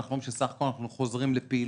אנחנו רואים שבסך הכל אנחנו חוזרים לפעילות